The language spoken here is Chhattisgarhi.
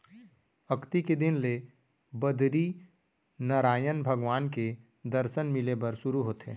अक्ती के दिन ले बदरीनरायन भगवान के दरसन मिले बर सुरू होथे